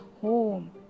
home